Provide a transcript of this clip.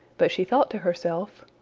but she thought to herself,